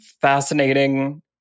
fascinating